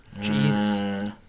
Jesus